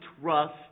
trust